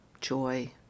joy